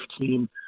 team